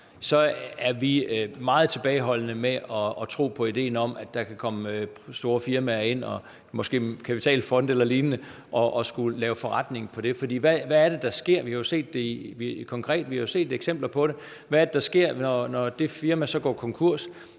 så er vi meget tilbageholdende med at tro på ideen om, at der kan komme store firmaer ind – måske kapitalfonde eller lignende – og lave forretning på det. For hvad er det, der sker? Vi har jo set det konkret, vi har jo set eksempler på det. Hvad er det, der sker, når sådan et firma så går konkurs?